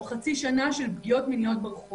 או חצי שנה של פגיעות מיניות ברחוב?